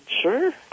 sure